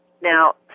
Now